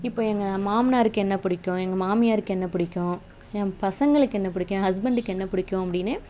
இப்போது எங்கள் மாமனாருக்கு என்ன பிடிக்கும் எங்கள் மாமியாருக்கு என்ன பிடிக்கும் என் பசங்களுக்கு என்ன பிடிக்கும் என் ஹஸ்பெண்டுக்கு என்ன பிடிக்கும் அப்படின்னு